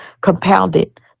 compounded